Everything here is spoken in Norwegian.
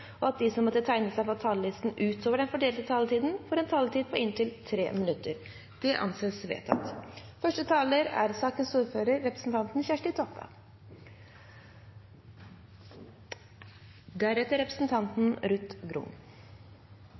og at de som måtte tegne seg på talerlisten utover den fordelte taletid, får en taletid på inntil 3 minutter. – Det anses vedtatt. Det er